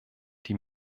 die